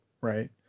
right